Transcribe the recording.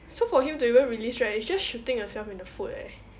so for him to even release right is just shooting yourself in the foot eh